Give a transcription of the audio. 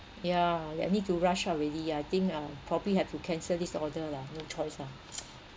yeah I need to rush out already I think um probably have to cancel this order lah no choice lah